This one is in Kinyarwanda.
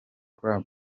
club